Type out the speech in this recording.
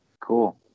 cool